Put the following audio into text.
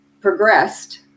progressed